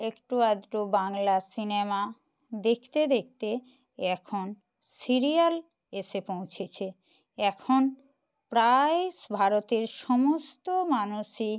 একটু আধটু বাংলা সিনেমা দেখতে দেখতে এখন সিরিয়াল এসে পৌঁছেছে এখন প্রায় ভারতের সমস্ত মানুষই